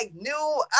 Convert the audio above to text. New